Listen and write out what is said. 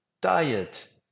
diet